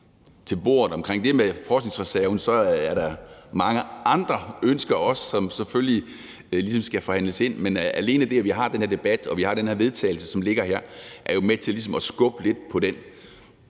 til bordet med det om forskningsreserven, er der også mange andre ønsker, som selvfølgelig ligesom skal forhandles ind. Men alene det, at vi har den her debat og vi har det her forslag til vedtagelse, som ligger her, er jo med til ligesom at skubbe lidt på den